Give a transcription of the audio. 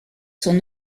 son